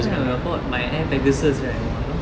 that time when I bought my air pegasus right !wah!